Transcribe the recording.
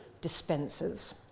dispensers